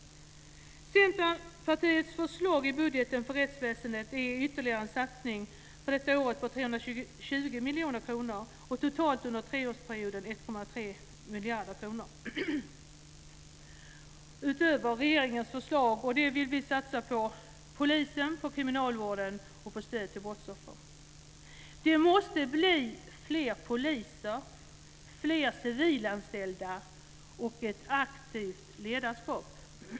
Centerpartiets budgetförslag för rättsväsendet innebär en ytterligare satsning för det här året med 320 miljoner kronor. Totalt under treårsperioden vill vi satsa 1,3 miljarder kronor mer än regeringen. Vi vill satsa på polisen, kriminalvården och på stöd till brottsoffer. Det måste bli fler poliser, fler civilanställda och ett aktivt ledarskap.